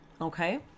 Okay